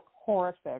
horrific